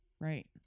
Right